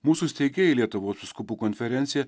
mūsų steigėjai lietuvos vyskupų konferencija